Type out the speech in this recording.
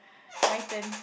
my turn